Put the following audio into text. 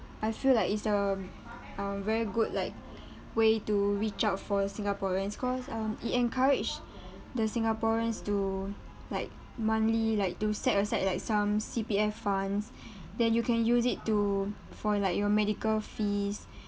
I feel like it's a um very good like way to reach out for singaporeans cause um it encouraged the singaporeans to like monthly like to set aside like some C_P_F funds then you can use it to for like your medical fees